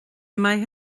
maith